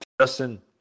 Justin